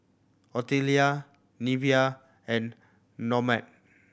Ottilia Neveah and Normand